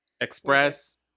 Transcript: Express